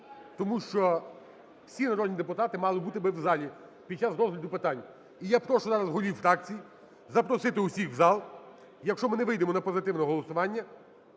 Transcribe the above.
тому що всі народні депутати мали би бути в залі під час розгляду питань. І я прошу зараз голів фракцій запросити всіх в зал, якщо ми не вийдемо на позитивне голосування,